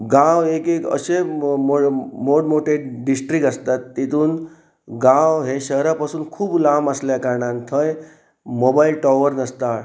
गांव एक एक अशे मोड मोटे डिस्ट्रीक आसतात तितून गांव हे शहरा पासून खूब लांब आसल्या कारणान थंय मोबायल टॉवर नासता